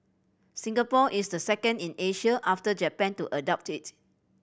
Singapore is the second in Asia after Japan to adopt it